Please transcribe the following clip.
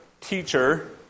teacher